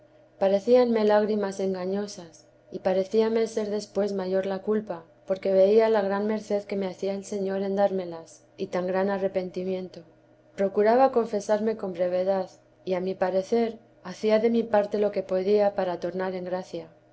ocasión parecíanme lágrimas engañosas y parecíame ser después mayor la culpa porque veía la gran merced que me hacía el señor en dármelas y tan gran arrepentimiento procuraba confesarme con brevedad y a mi parecer hacía de mi parte lo que podía para tornar en gracia